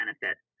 benefits